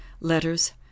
Letters